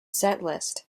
setlist